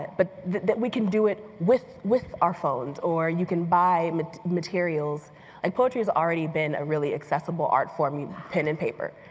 but that we can do it with with our phones, or you can buy materials like, poetry's already been a really accessible art form. you pen and paper.